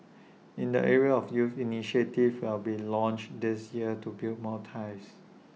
in the area of youth initiatives will be launched this year to build more ties